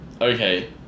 Okay